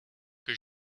que